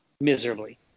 miserably